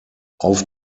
auf